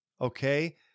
okay